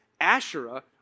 Asherah